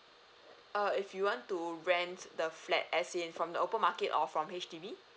err if you want to rent the flat as in from the open market or from H_D_B